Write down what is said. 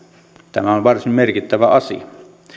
tämä on varsin merkittävä asia